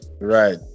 right